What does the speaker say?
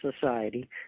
society